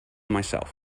myself